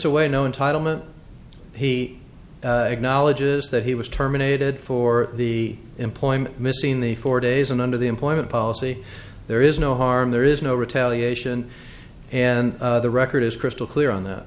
away no entitlement he acknowledges that he was terminated for the employment missing the four days and under the employment policy there is no harm there is no retaliation and the record is crystal clear on